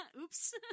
Oops